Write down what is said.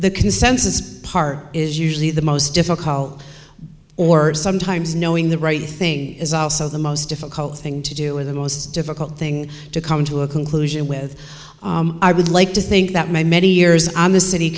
the consensus part is usually the most difficult or sometimes knowing the right thing is also the most difficult thing to do or the most difficult thing to come to a conclusion with i would like to think that my many years